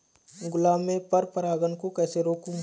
गुलाब में पर परागन को कैसे रोकुं?